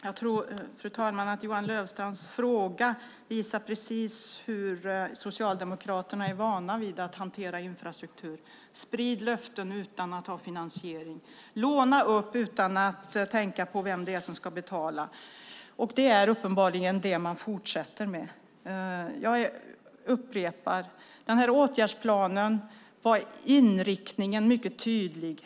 Fru talman! Jag tror att Johan Löfstrands fråga visar precis hur Socialdemokraterna är vana att hantera infrastruktur: Sprid löften utan att ha finansiering! Låna upp utan att tänka på vem det är som ska betala! Det är uppenbarligen det man fortsätter med. Jag upprepar att i den här åtgärdsplanen var inriktningen mycket tydlig.